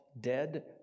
Dead